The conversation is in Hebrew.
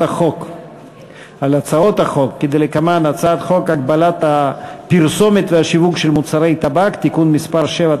החוק כדלקמן: הצעת חוק הגבלת הפרסומת והשיווק של מוצרי טבק (תיקון מס' 7),